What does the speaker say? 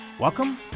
Welcome